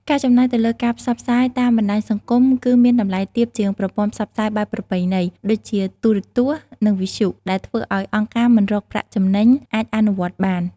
ការចំណាយទៅលើការផ្សព្វផ្សាយតាមបណ្តាញសង្គមគឺមានតម្លៃទាបជាងប្រព័ន្ធផ្សព្វផ្សាយបែបប្រពៃណីដូចជាទូរទស្សន៍ និងវិទ្យុ ដែលធ្វើឲ្យអង្គការមិនរកប្រាក់ចំណេញអាចអនុវត្តបាន។